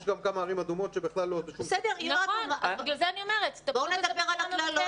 יש גם כמה ערים אדומות שבכלל --- בואו נדבר על הכלל,